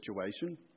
situation